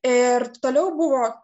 ir toliau buvo